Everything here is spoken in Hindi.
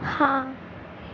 हाँ